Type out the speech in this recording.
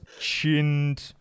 chinned